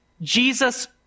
Jesus